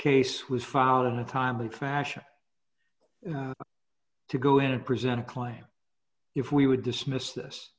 case was filed in a timely fashion to go in and present a claim if we would dismiss this